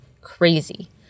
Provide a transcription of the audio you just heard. crazy